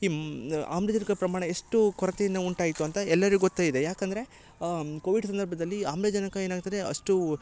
ಈ ಮ್ ಆಮ್ಲಜನಕ ಪ್ರಮಾಣ ಎಷ್ಟೂ ಕೊರತೆಯನ್ನ ಉಂಟಾಯಿತು ಅಂತ ಎಲ್ಲರಿಗ ಗೊತ್ತೇ ಇದೆ ಯಾಕಂದರೆ ಕೋವಿಡ್ ಸಂದರ್ಭದಲ್ಲಿ ಆಮ್ಲಜನಕ ಏನಾಗ್ತದೆ ಅಷ್ಟೂ